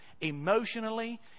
emotionally